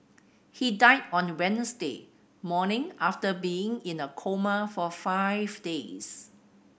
he died on Wednesday morning after being in a coma for five days